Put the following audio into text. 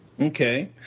Okay